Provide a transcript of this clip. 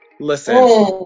Listen